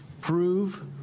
prove